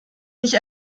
nicht